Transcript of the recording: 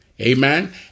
Amen